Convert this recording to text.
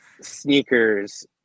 sneakers